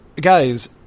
guys